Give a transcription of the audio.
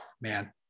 man